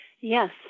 Yes